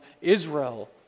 Israel